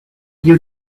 you